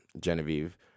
Genevieve